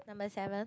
number seven